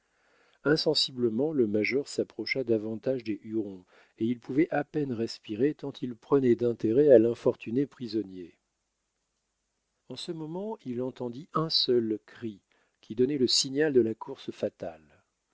insensiblement le major s'approcha davantage des hurons et il pouvait à peine respirer tant il prenait d'intérêt à l'infortuné prisonnier en ce moment il entendit un seul cri qui donnait le signal de la course fatale